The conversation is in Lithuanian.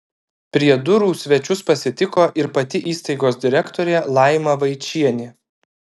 prie durų svečius pasitiko ir pati įstaigos direktorė laima vaičienė